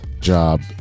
job